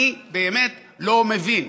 אני באמת לא מבין.